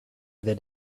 that